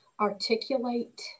articulate